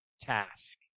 task